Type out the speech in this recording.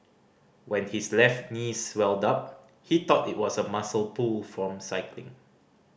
when his left knee swelled up he thought it was a muscle pull from cycling